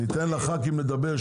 ניתן לח"כים לדבר,